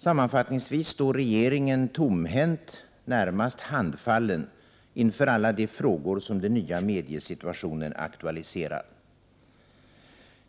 Sammanfattningsvis står regeringen tomhänt, ja närmast handfallen, inför alla de frågor som den nya mediesituationen aktualiserar.